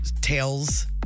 tails